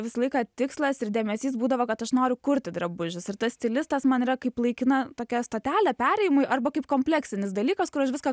visą laiką tikslas ir dėmesys būdavo kad aš noriu kurti drabužius ir tas stilistas man yra kaip laikina tokia stotelė perėjimui arba kaip kompleksinis dalykas kur aš viską